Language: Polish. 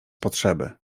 potrzeby